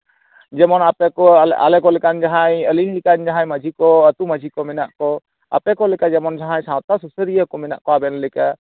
ᱡᱮᱢᱚᱱ ᱟᱯᱮ ᱠᱚ ᱟᱞᱮ ᱠᱚ ᱟᱞᱮ ᱟᱞᱮ ᱠᱚ ᱞᱮᱠᱟᱱ ᱡᱟᱦᱟᱸᱭ ᱟᱹᱞᱤᱧ ᱞᱮᱠᱟᱱ ᱡᱟᱦᱟᱸᱭ ᱢᱟᱺᱡᱷᱤ ᱠᱚ ᱟᱹᱛᱩ ᱢᱟᱺᱡᱷᱤ ᱠᱚ ᱢᱮᱱᱟᱜ ᱠᱚ ᱟᱯᱮ ᱠᱚ ᱞᱮᱠᱟ ᱡᱮᱢᱚᱱ ᱡᱟᱦᱟᱸᱭ ᱥᱟᱶᱛᱟ ᱥᱩᱥᱟᱹᱨᱤᱭᱟᱹ ᱠᱚ ᱢᱮᱱᱟᱜ ᱠᱚᱣᱟ ᱟᱵᱮᱱ ᱞᱮᱠᱟ